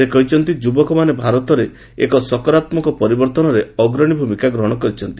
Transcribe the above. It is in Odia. ସେ କହିଛନ୍ତି ଯୁବକମାନେ ଭାରତରେ ଏକ ସକାରାତ୍କକ ପରିବର୍ତ୍ତନରେ ଅଗ୍ରଣୀ ଭୂମିକା ଗ୍ରହଣ କରିଛନ୍ତି